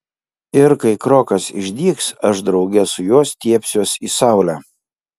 ir kai krokas išdygs aš drauge su juo stiebsiuosi į saulę